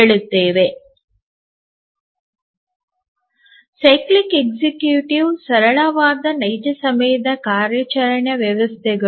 slide ಸಮಯ 0059 ನೋಡಿ cyclic ಕಾರ್ಯನಿರ್ವಾಹಕರು ಸರಳವಾದ ನೈಜ ಸಮಯದ ಕಾರ್ಯಾಚರಣಾ ವ್ಯವಸ್ಥೆಗಳು